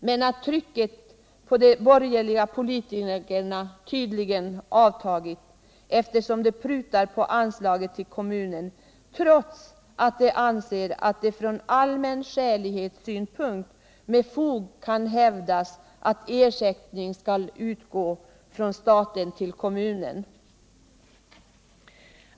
Men trycket på de borgerliga politikerna har tydligen avtagit, eftersom de prutar på anslaget till kommunen, trots att de anser att det från allmän skälighetssynpunkt med fog kan hävdas att ersättning skall utgå från staten till kommunen.